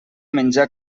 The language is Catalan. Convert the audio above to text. menjar